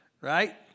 Right